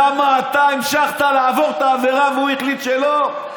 למה אתה המשכת לעבור את העבירה והוא החליט שלא?